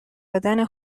دادن